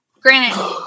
Granted